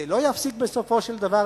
זה לא יפסיק בסופו של דבר,